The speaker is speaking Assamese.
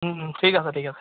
উম উম ঠিক আছে ঠিক আছে